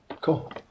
cool